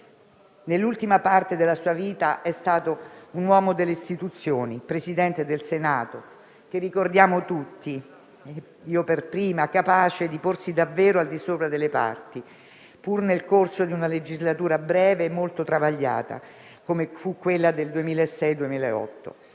Nell'ultima parte della sua vita è stato un uomo delle istituzioni, Presidente del Senato - ricordiamo tutti, io per prima - capace di porsi davvero al di sopra delle parti, pur nel corso di una legislatura breve e molto travagliata, come fu quella del 2006-2008.